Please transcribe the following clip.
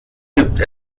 gibt